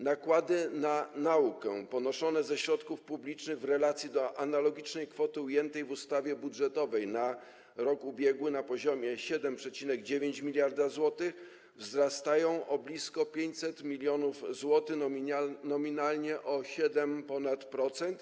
Nakłady na naukę ponoszone ze środków publicznych w relacji do analogicznej kwoty ujętej w ustawie budżetowej na rok ubiegły na poziomie 7,9 mld zł wzrastają o blisko 500 mln zł, nominalnie o ponad 7%.